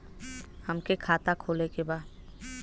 हमके खाता खोले के बा?